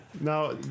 Now